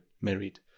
married